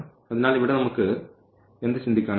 അതിനാൽ ഇവിടെ നമുക്ക് എന്ത് ചിന്തിക്കാനാകും